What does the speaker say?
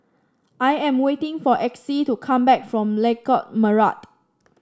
I am waiting for Exie to come back from Lengkok Merak